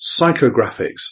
Psychographics